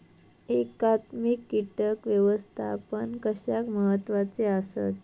एकात्मिक कीटक व्यवस्थापन कशाक महत्वाचे आसत?